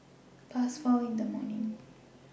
Past four in The morning